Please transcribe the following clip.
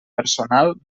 personal